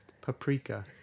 Paprika